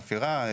חפירה,